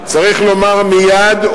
צריך לומר מייד,